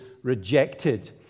rejected